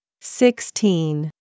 sixteen